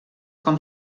com